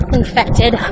infected